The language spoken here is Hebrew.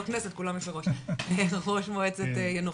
ראשית,